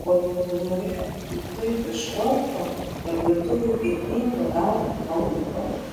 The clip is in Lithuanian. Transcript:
o lietuvoje jau taip išvartoma kad lietuviui gėdinga gauti palūkanų